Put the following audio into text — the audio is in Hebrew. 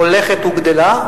האוכלוסייה הולכת וגדלה,